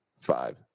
five